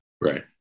Right